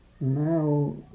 now